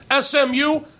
SMU